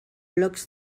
blocs